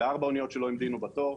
אלה ארבע אוניות שלא המתינו בתור,